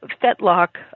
Fetlock